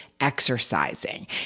exercising